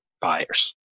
buyers